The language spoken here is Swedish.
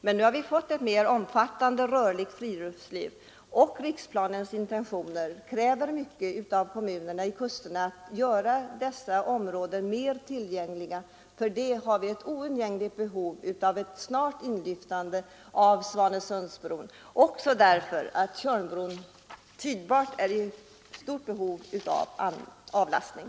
Men nu har vi fått ett mer omfattande rörligt friluftsliv, och riksplanens intentioner kräver mycket av kommunerna vid kusterna för att göra dessa områden mer tillgängliga. Mot denna bakgrund har vi ett oundgängligt behov av snart inlyftande av Svanesundsbron i planerna, också därför att Tjörnbron tydligtvis är i stort behov av avlastning.